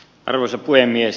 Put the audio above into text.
arvoisa puhemies